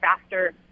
faster